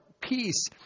peace